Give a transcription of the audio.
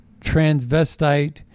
transvestite